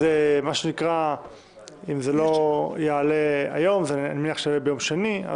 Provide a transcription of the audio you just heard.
אז אם זה לא יעלה היום זה יעלה ביום שני,